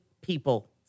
people